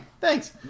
thanks